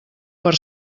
per